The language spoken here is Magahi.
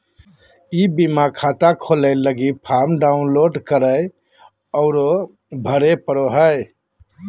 ई बीमा खाता खोलय लगी फॉर्म डाउनलोड करे औरो भरे पड़ो हइ